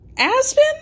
Aspen